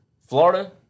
Florida